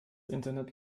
internet